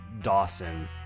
Dawson